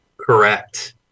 Correct